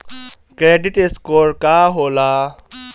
Credit score का होला?